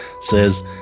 says